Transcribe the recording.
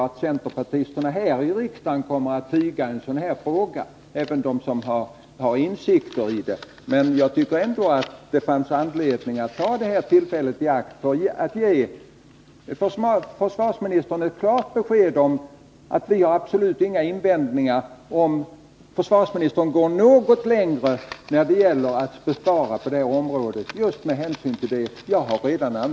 Men centerpartisterna här i kammaren, även de som har insikt i frågan, tycks tiga. Jag vill ta tillfället i akt att ge försvarsministern ett klart besked om att vi absolut inte har några invändningar, om försvarsministern går något längre i sin sparnit på detta område.